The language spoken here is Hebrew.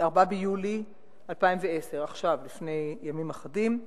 4 ביולי 2010, עכשיו, לפני ימים אחדים,